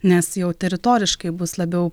nes jau teritoriškai bus labiau